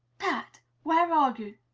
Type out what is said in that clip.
pat! where are you?